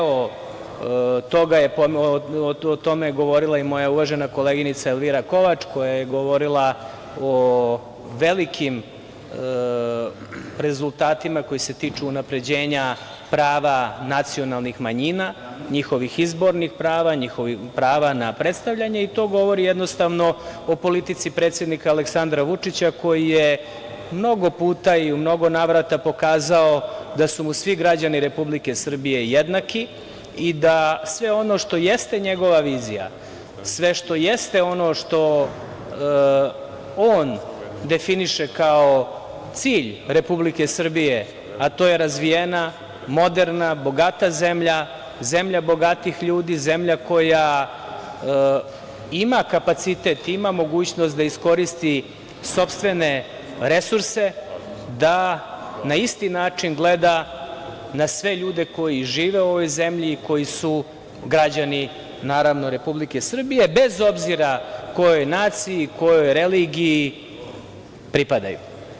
O tome je govorila i moja uvažena koleginica Elvira Kovač koja je govorila o velikim rezultatima koji se tiču unapređenja prava nacionalnih manjina, njihovih izbornih prava, prava na predstavljanje i to govori jednostavno o politici predsednika Aleksandra Vučića koji je mnogo puta i u mnogo navrata pokazao da su mu svi građani Republike Srbije jednaki i da sve ono što jeste njegova vizija, sve što jeste ono što on definiše kao cilj Republike Srbije, a to je razvijena, moderna, bogata zemlja, zemlja bogatih ljudi, zemlja koja ima kapacitet, zemlja koja ima mogućnost da iskoristi sopstvene resurse da na isti način gleda na sve ljude koji žive u ovoj zemlji, koji su građani Republike Srbije bez obzira kojoj naciji, kojoj religiji pripadaju.